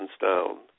down